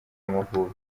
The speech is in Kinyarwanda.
amavubi